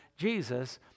Jesus